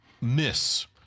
miss